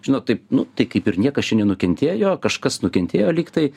žinot taip nu tai kaip ir niekas čia nukentėjo kažkas nukentėjo lygtai